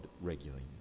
regularly